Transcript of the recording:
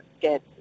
get